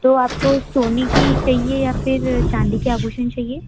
तो आपको सोने की चहिए या फिर चाँदी के आभूषण चाहिए